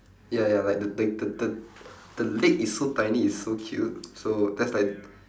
ya ya like the the the the the leg is so tiny it's so cute so that's like